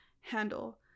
handle